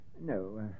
No